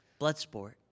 Bloodsport